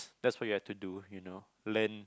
that's what you have to do you know learn